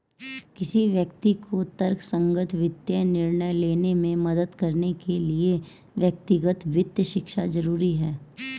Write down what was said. किसी व्यक्ति को तर्कसंगत वित्तीय निर्णय लेने में मदद करने के लिए व्यक्तिगत वित्त शिक्षा जरुरी है